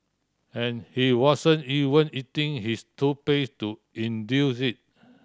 and he wasn't even eating his toothpaste to induce it